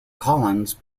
collins